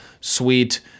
sweet